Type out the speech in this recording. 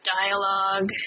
dialogue